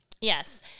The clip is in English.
Yes